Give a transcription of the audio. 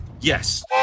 yes